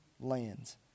lands